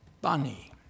bunny